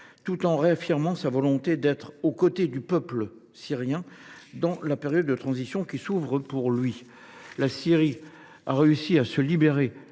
tout en réaffirmant sa volonté d’être aux côtés du peuple syrien dans la période de transition qui s’ouvre pour lui. La Syrie a réussi à se libérer